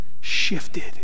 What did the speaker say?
shifted